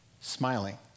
smiling